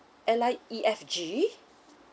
airline E_F_G